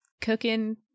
cooking